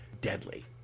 deadly